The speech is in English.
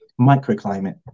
microclimate